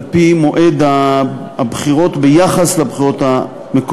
התוספת תנוע על ציר הזמן על-פי מועד הבחירות ביחס לבחירות המקוריות.